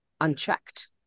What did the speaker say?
unchecked